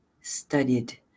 studied